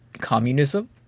communism